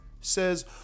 Says